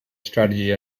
strategy